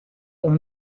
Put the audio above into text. oan